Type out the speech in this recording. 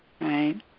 right